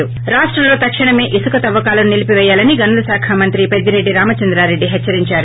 ి రాష్షంలో తక్షణమే ఇసుక తవ్వకాలను నిలీపిపేయాలని గనుల శాఖమంత్రి పెద్దొరెడ్డి రామచంద్రారెడ్డి హెచ్చరించారు